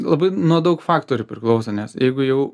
labai nuo daug faktorių priklauso nes jeigu jau